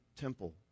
temple